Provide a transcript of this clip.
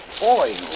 Boy